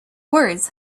words